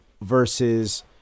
versus